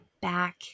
back